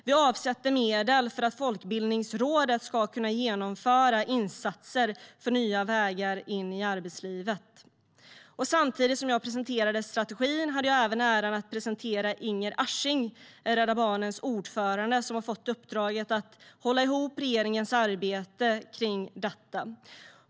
Vi avsätter medel för att Folkbildningsrådet ska kunna genomföra insatser för nya vägar in i arbetslivet. Samtidigt som jag presenterade strategin hade jag även äran att presentera Inger Ashing, Rädda Barnens ordförande, som har fått uppdraget att hålla ihop regeringens arbete kring detta.